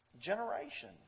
generation